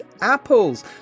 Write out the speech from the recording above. apples